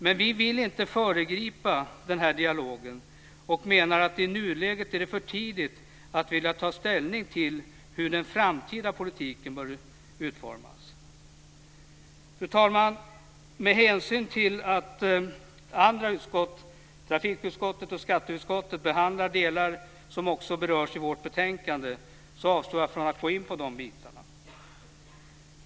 Men vi vill inte föregripa den här dialogen och menar att det i nuläget är för tidigt att ta ställning till hur den framtida politiken bör utformas. Fru talman! Med hänsyn till att andra utskott, trafikutskottet och skatteutskottet, behandlar delar som också berörs i vårt betänkande avstår jag från att gå in på detta.